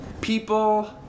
people